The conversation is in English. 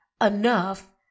enough